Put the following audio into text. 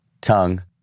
tongue